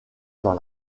dans